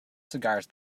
cigars